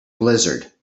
blizzard